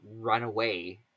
runaway